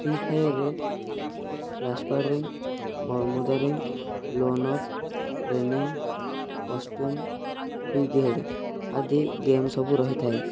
free Fire ରେ class squad ring Bermuda ring lone wolf training costume big head ଆଦି game ସବୁ ରହିଥାଏ